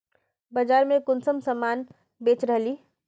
बाजार में कुंसम सामान बेच रहली?